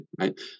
right